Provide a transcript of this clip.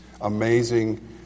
amazing